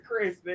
Chris